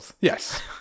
Yes